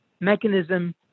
mechanism